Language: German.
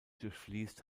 durchfließt